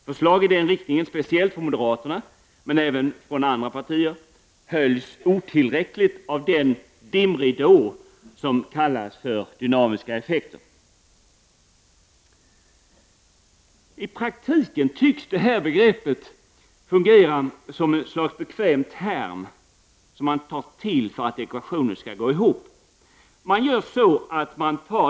Förslag i den riktningen, speciellt från moderaterna men även från andra partier, höljs otillräckligt av den dimridå som kallas dynamiska effekter. I praktiken tycks detta begrepp fungera som ett slags bekväm term, som man tar till för att ekvationen skall gå ihop.